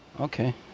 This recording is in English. Okay